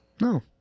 No